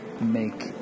make